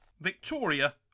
Victoria